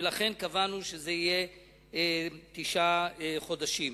ולכן קבענו שזה יהיה תשעה חודשים.